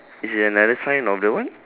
it's in another side of the what